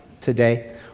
Today